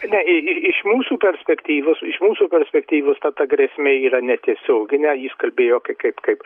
ne i i i iš mūsų perspektyvos iš mūsų perspektyvos ta ta grėsmė yra netiesioginė jis kalbėjo ka kaip kaip